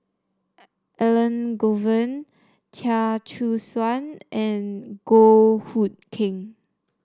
Elangovan Chia Choo Suan and Goh Hood Keng